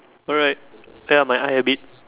alright where are my